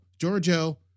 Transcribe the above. Giorgio